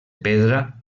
pedra